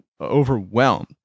overwhelmed